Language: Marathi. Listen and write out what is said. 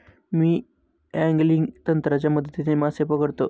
मी अँगलिंग तंत्राच्या मदतीने मासे पकडतो